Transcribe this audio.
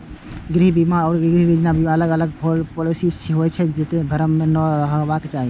गृह बीमा आ गृह ऋण बीमा अलग अलग पॉलिसी होइ छै, तें भ्रम मे नै रहबाक चाही